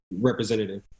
representative